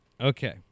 okay